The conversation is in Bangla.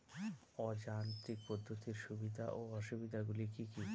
অযান্ত্রিক পদ্ধতির সুবিধা ও অসুবিধা গুলি কি কি?